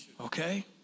okay